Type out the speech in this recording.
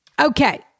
Okay